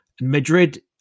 Madrid